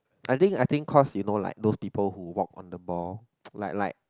I think I think cause you know like those people who walk on the ball like like